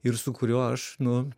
ir su kuriuo aš nu